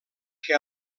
que